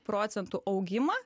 procentų augimą